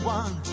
one